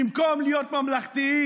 במקום להיות ממלכתיים,